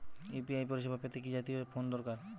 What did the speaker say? UPI পরিসেবা পেতে কি জাতীয় ফোন দরকার?